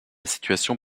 situation